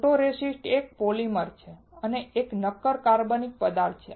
photoresist એ polymer છે અને એક નક્કર કાર્બનિક પદાર્થ છે